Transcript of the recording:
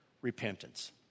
repentance